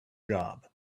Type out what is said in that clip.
job